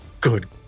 good